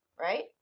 right